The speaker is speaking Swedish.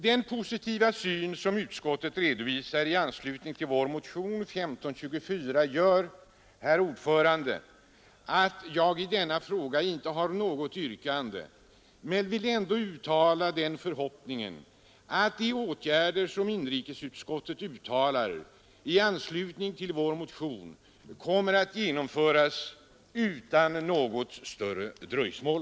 Den positiva syn som utskottet redovisar i anslutning till vår motion 1524 gör att jag, herr talman, i denna fråga inte har något yrkande. Men jag vill ändå uttala den förhoppningen att de åtgärder som inrikesutskottet redovisar kommer att genomföras utan något större dröjsmål.